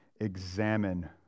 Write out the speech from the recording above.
Examine